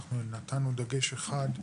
אנחנו נתנו דגש אחד,